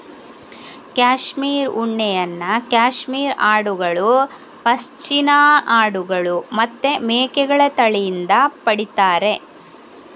cashmere ಉಣ್ಣೆಯನ್ನ cashmere ಆಡುಗಳು, ಪಶ್ಮಿನಾ ಆಡುಗಳು ಮತ್ತೆ ಮೇಕೆಗಳ ತಳಿಯಿಂದ ಪಡೀತಾರೆ